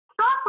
Stop